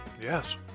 Yes